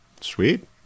Sweet